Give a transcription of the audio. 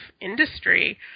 industry